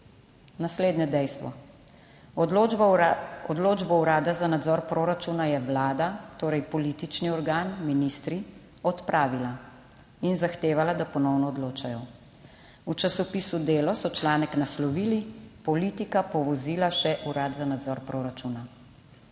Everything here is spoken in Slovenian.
Naslednje dejstvo; odločbo, odločbo Urada za nadzor proračuna je Vlada, torej politični organ, ministri, odpravila in zahtevala, da ponovno odločajo. V časopisu Delo so članek naslovili Politika povozila še urad za nadzor proračuna.